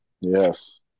Yes